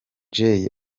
jay